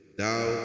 Thou